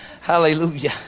Hallelujah